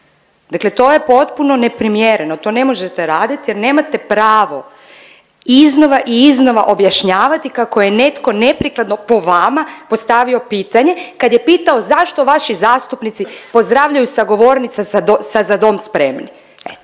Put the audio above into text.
Dakle, to je potpuno neprimjereno, to ne možete raditi jer nemate pravo iznova i iznova objašnjavati kako je netko neprikladno po vama postavio pitanje kada je pitao zašto vaši zastupnici pozdravljaju sa govornica sa „Za dom spremni“.